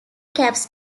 caps